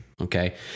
Okay